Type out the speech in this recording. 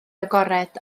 agored